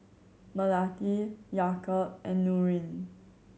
Melati Yaakob and Nurin